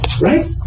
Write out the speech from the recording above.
right